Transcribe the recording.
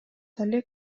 дале